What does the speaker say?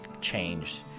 changed